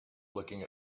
looking